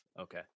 Okay